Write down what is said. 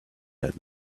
had